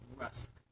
Rusk